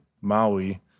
Maui